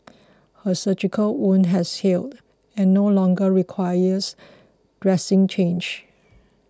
her surgical wound has healed and no longer requires dressing change